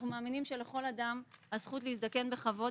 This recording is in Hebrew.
אנחנו מאמינים שלכל אדם הזכות להזדקן בכבוד,